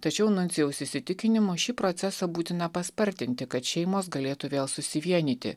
tačiau nuncijaus įsitikinimu šį procesą būtina paspartinti kad šeimos galėtų vėl susivienyti